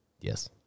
Yes